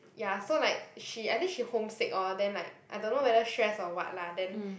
ya so like she I think she home sick or then like I don't know whether stress or what lah then